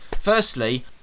firstly